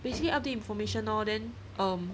basically the information lor then um